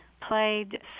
played